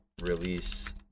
release